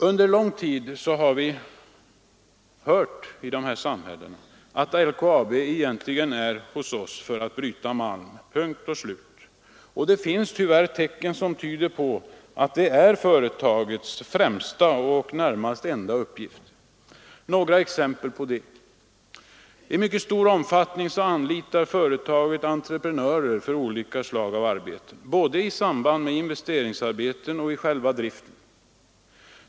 Under lång tid har vi i dessa samhällen hört att LKAB egentligen är där för att bryta malm. Punkt och slut. Det finns tyvärr tecken som tyder på att detta är företagets främsta och närmast enda uppgift. Några exempel på detta. I mycket stor omfattning anlitar företaget entreprenörer för olika arbeten, både i samband med investeringsarbeten och i själva driften.